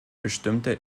bestimmte